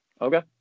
Okay